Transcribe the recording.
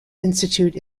institute